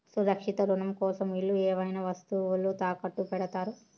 సురక్షిత రుణం కోసం ఇల్లు ఏవైనా వస్తువులు తాకట్టు పెడతారు